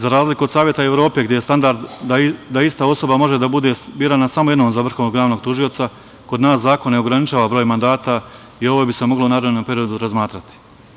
Za razliku od Saveta Evrope, gde je standard da ista osoba može da bude birana samo jednom za vrhovnog javnog tužioca, kod nas zakon ne ograničava broj mandata i ovo bi se moglo u narednom periodu razmatrati.